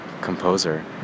composer